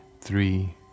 three